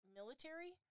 military